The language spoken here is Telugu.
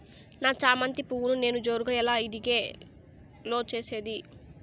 నా చామంతి పువ్వును నేను జోరుగా ఎలా ఇడిగే లో చేసేది?